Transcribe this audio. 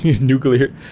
nuclear